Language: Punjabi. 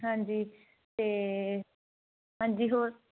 ਹਾਂਜੀ ਅਤੇ ਹਾਂਜੀ ਹੋਰ